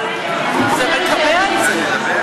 אבל זה מקבע את זה.